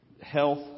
health